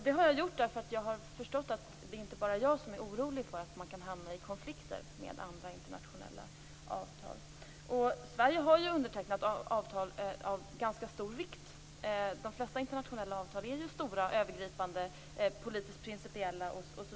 Det har jag gjort därför att jag har förstått att det inte bara är jag som är orolig för att man kan hamna i konflikter med andra internationella avtal. Sverige har undertecknat avtal av ganska stor vikt. De flesta internationella avtal är stora, övergripande och politiskt principiella.